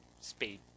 speed